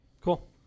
Cool